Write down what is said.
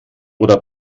oder